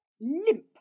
limp